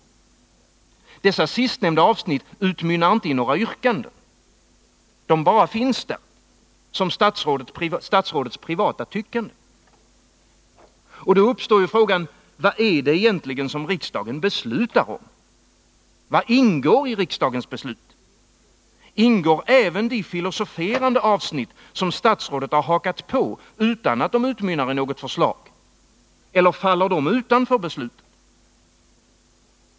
Dessa sistnämnda avsnitt utmynnar inte i några yrkanden. De bara finns där som statsrådets privata tyckande. Då uppstår frågan: Vad är det egentligen riksdagen beslutar om? Vad ingår i riksdagens beslut? Ingår även de filosoferande avsnitt som statsrådet hakat på utan att de utmynnar i något förslag? Eller faller de utanför beslutet?